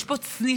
יש פה צניחה,